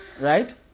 Right